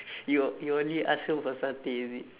you you only ask her for satay is it